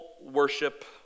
worship